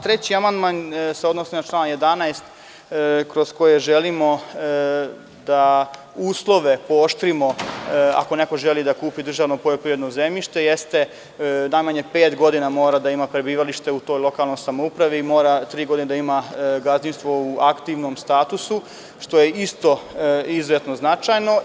Treći amandman se odnosi na član 11, kroz koji želimo da uslove pooštrimo - ako neko želi da kupi državno poljoprivredno zemljište jeste najmanje pet godina mora da ima prebivalište u toj lokalnoj samoupravi i mora tri godine da ima gazdinstvo u aktivnom statusu, što je isto izuzetno značajno.